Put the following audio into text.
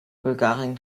bulgarien